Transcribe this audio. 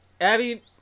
abby